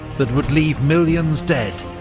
that would leave millions dead,